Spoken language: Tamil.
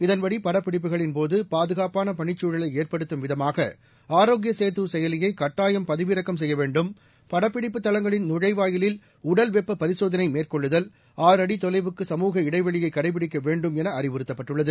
இதன்படிவ படப்பிடிப்புகளின்போது பாதுகாப்பான பணிச் சூழலை ஏற்படுத்தும் விதமாகஹ ஆரோக்கிய சேது செயலியை கட்டாயம் பதிவிறக்கம் செய்ய வேண்டும்லு படப்பிடிப்பு தளங்களின் நுழைவாயிலில் உடல் வெப்ப பரிசோதனை மேற்கொள்ளுதல் ூ அடி தொலைவுக்கு சமூக இடைவெளியை கடைப்பிடிக்க வேண்டும் என அறிவுறுத்தப்பட்டுள்ளது